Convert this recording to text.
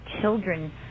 children